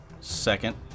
Second